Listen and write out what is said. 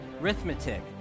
Arithmetic